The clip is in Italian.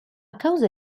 causa